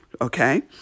Okay